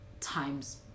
times